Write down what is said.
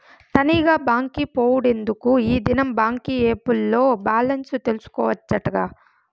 తనీగా బాంకి పోవుడెందుకూ, ఈ దినం బాంకీ ఏప్ ల్లో బాలెన్స్ తెల్సుకోవచ్చటగా